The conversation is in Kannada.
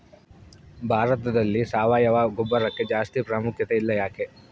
ಭಾರತದಲ್ಲಿ ಸಾವಯವ ಗೊಬ್ಬರಕ್ಕೆ ಜಾಸ್ತಿ ಪ್ರಾಮುಖ್ಯತೆ ಇಲ್ಲ ಯಾಕೆ?